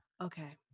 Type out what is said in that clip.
Okay